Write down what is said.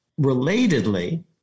Relatedly